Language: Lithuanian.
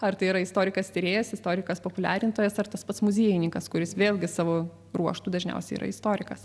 ar tai yra istorikas tyrėjas istorikas populiarintojas ar tas pats muziejininkas kuris vėlgi savo ruožtu dažniausiai yra istorikas